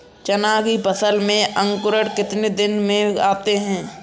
चना की फसल में अंकुरण कितने दिन में आते हैं?